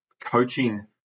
coaching